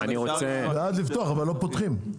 בעד לפתוח, אבל לא פותחים.